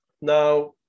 Now